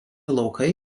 laukai